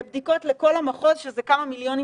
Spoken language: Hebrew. בדיקות סקר לכל המחוז שזה כמה מיליוני